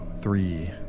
three